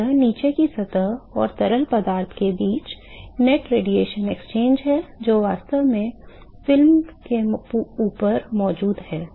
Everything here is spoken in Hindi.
तो यह नीचे की सतह और तरल पदार्थ के बीच कुल विकिरण विनिमय है जो वास्तव में फिल्म के ऊपर मौजूद है